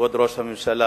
כבוד ראש הממשלה,